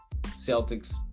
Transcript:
Celtics